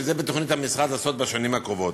שאת זה בתוכנית המשרד לעשות בשנים הקרובות.